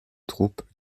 troupes